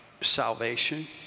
salvation